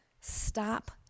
Stop